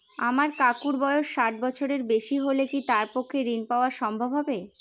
আমার কাকুর বয়স ষাট বছরের বেশি হলে কি তার পক্ষে ঋণ পাওয়া সম্ভব হবে?